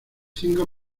cinco